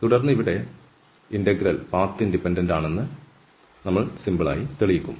തുടർന്ന് ഇവിടെ integral path independent ആണെന്ന് ഇവിടെ നമ്മൾ ലളിതമായി തെളിയിക്കും